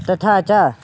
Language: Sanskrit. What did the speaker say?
तथा च